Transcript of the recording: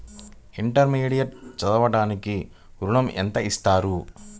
Intermediate చదవడానికి ఋణం ఎంత ఇస్తారు?